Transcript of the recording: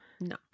No